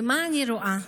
ומה אני רואה?